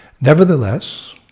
Nevertheless